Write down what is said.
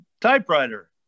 typewriter